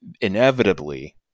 inevitably